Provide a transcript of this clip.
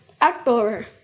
actor